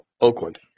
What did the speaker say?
Oakland